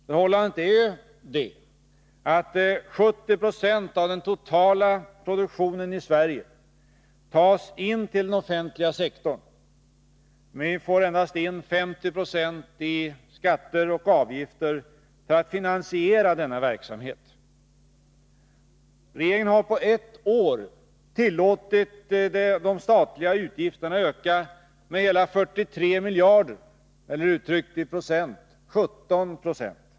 Förhållandet är ju det, att 70 26 av den totala produktionen i Sverige tas in till den offentliga sektorn. Men vi får endast in 50 96 i skatter och avgifter för att finansiera denna verksamhet. Regeringen har på ett år tillåtit de statliga utgifterna öka med hela 43 miljarder, eller 17 90.